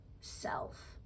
self